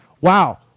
wow